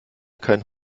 keinen